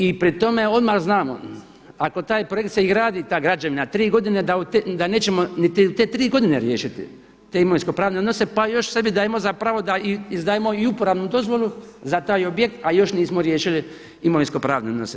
I pri tome odmah znamo, ako taj projekt se i gradi i ta građevina 3 godine da nećemo niti u te 3 godine riješiti, te imovinsko pravne odnose pa još sebi dajemo za pravo da izdajemo i uporabnu dozvolu za taj objekt a još nismo riješili imovinsko pravne odnose.